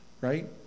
right